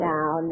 Now